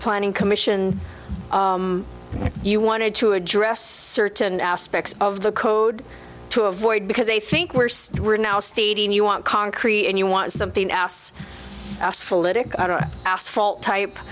planning commission you wanted to address certain aspects of the code to avoid because they think we're so we're now stating you want concrete and you want something else asphalt type